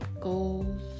goals